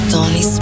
Tony